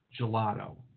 gelato